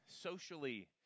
socially